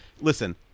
Listen